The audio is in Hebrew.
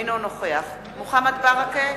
אינו נוכח מוחמד ברכה,